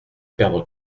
perdre